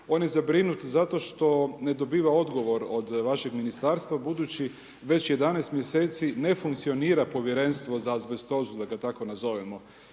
On je zabrinut zato što ne dobiva odgovor od vašeg Ministarstva, budući već 11 mjeseci ne funkcionira Povjerenstvo za azbestozu, da ga tako nazovemo,